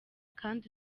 kandi